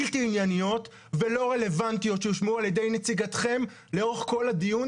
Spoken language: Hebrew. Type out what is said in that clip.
בלתי ענייניות ולא רלוונטיות שהושמעו על ידי נציגתכם לאורך כל הדיון,